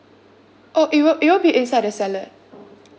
oh it will it will be inside the salad